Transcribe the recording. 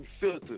filter